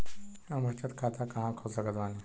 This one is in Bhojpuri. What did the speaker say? हम बचत खाता कहां खोल सकत बानी?